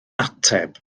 ateb